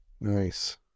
Nice